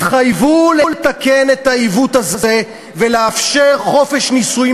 התחייבו לתקן את העיוות הזה ולאפשר חופש נישואים